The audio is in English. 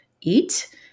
eat